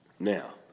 Now